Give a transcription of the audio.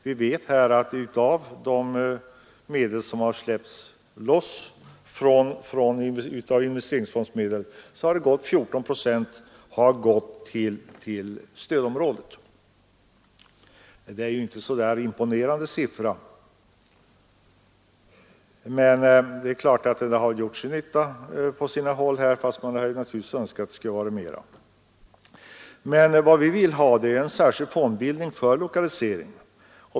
Vi vet att av de medel som släppts loss från investeringsfonderna har 14 procent gått till stödområdet. Detta är inte någon särskilt imponerande siffra, men det är klart att medlen har gjort nytta på sina håll, fast man naturligtvis skulle önska att det hade varit mera. Vad vi vill ha är en särskild fondbildning för lokalisering.